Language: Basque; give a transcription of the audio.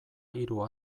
hiru